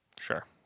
Sure